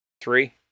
Three